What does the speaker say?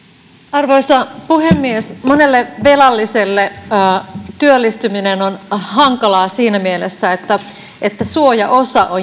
arvoisa puhemies monelle velalliselle työllistyminen on hankalaa siinä mielessä että että suojaosa